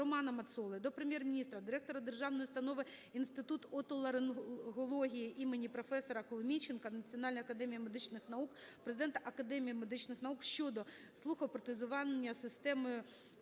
Романа Мацоли до Прем'єр-міністра, директора Державної установи "Інститут отоларингології імені професора Коломійченка Національної академії медичних наук України", Президента Академії медичних наук щодо слухопротезування системою